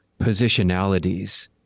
positionalities